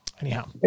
Anyhow